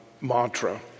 mantra